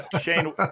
Shane